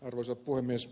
arvoisa puhemies